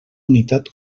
unitat